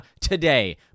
today